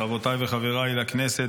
חברותיי וחבריי לכנסת,